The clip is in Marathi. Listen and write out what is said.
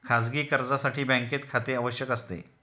खाजगी कर्जासाठी बँकेत खाते आवश्यक असते